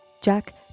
Jack